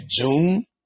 June